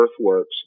Earthworks